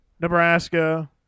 Nebraska